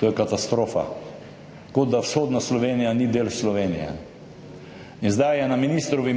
To je katastrofa. Kot da vzhodna Slovenija ni del Slovenije. In zdaj je na ministrovi